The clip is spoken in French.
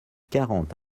quarante